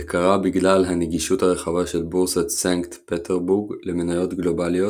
זה קרה בגלל הנגישות הרחבה של בורסת סנקט פטרסבורג למניות גלובליות